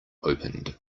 opened